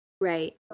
right